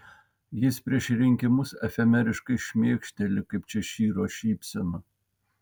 jis prieš rinkimus efemeriškai šmėkšteli kaip češyro šypsena